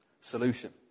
solution